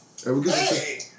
Hey